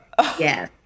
Yes